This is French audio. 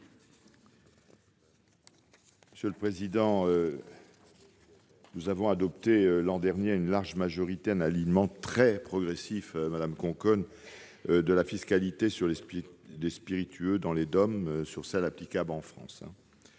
commission ? Nous avons adopté l'an dernier à une large majorité un alignement très progressif, madame Conconne, de la fiscalité sur les spiritueux dans les DOM sur celle qui est applicable en France